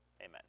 Amen